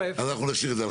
אנחנו נשאיר את זה על